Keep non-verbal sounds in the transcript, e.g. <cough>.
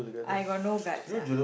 <noise> I got no guts lah